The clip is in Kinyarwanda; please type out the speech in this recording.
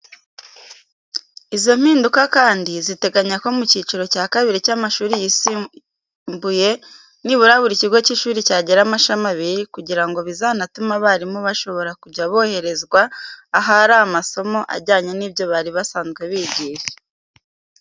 Izo mpinduka kandi ziteganya ko mu cyiciro cya kabiri cy’amashuri yisumbuye nibura buri kigo cy’ishuri cyagira amashami abiri kugira ngo bizanatume abalimu bashobora kujya boherezwa ahari amasomo ajyanye n’ibyo bari basanzwe bigisha.